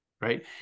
Right